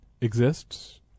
exists